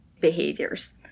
behaviors